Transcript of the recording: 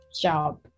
job